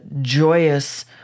joyous